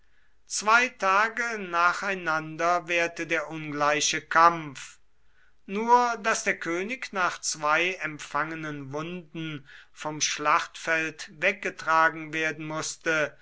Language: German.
zwei tage nacheinander währte der ungleiche kampf nur daß der könig nach zwei empfangenen wunden vom schlachtfeld weggetragen werden mußte